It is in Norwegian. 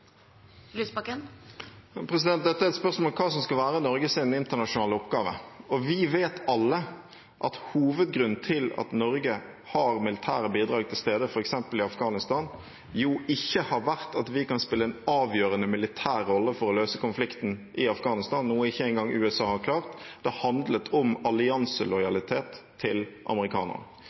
Dette er et spørsmål om hva som skal være Norges internasjonale oppgave. Vi vet alle at hovedgrunnen til at Norge har militære bidrag til stede f.eks. i Afghanistan, ikke har vært at vi kan spille en avgjørende militær rolle for å løse konflikten i Afghanistan, noe ikke engang USA har klart. Det har handlet om allianselojalitet til